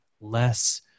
less